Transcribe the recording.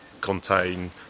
contain